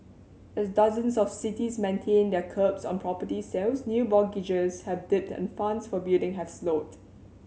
as dozens of cities maintain their curbs on property sales new mortgages have dipped and funds for building have slowed